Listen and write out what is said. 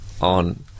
on